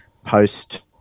Post